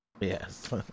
yes